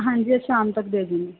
ਹਾਂਜੀ ਸ਼ਾਮ ਤੱਕ ਦੇ ਜਾਵਾਂਗੀ